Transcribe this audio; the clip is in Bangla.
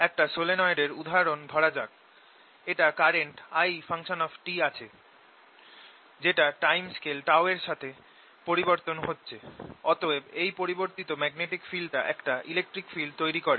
একটা সলিনয়েড এর উদাহরণ ধরা যাক একটা কারেন্ট I আছে যেটা টাইম স্কেল এর সাথে পরিবর্তন হচ্ছে অতএব এই পরিবর্তিত ম্যাগনেটিক ফিল্ডটা একটা ইলেকট্রিক ফিল্ড তৈরি করে